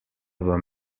vam